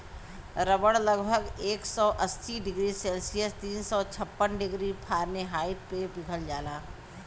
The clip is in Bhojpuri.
रबड़ लगभग एक सौ अस्सी डिग्री सेल्सियस तीन सौ छप्पन डिग्री फारेनहाइट पे पिघल जाला